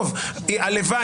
אנחנו לא נמצאים כאן?